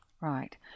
right